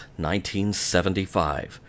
1975